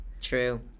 True